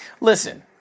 Listen